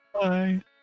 Bye